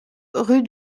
rue